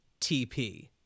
TP